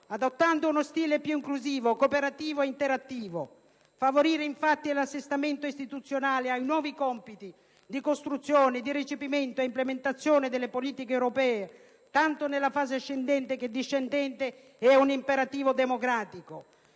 adottando uno stile più inclusivo, cooperativo e interattivo. Infatti, favorire l'assestamento istituzionale ai nuovi compiti di costruzione, di recepimento e implementazione delle politiche europee, tanto nella fase ascendente che discendente, un imperativo democratico.